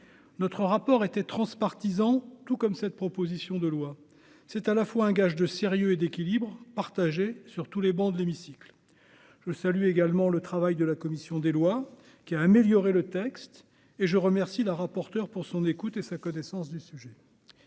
notre rapport été transpartisan tout comme cette proposition de loi, c'est à la fois un gage de sérieux et d'équilibre partagé sur tous les bancs de l'hémicycle je salue également le travail de la commission des lois, qui a amélioré le texte et je remercie la rapporteure pour son écoute et sa connaissance du sujet